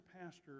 pastor